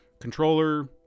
Controller